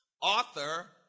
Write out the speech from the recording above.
Author